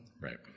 right